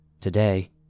Today